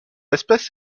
espèce